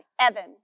Evan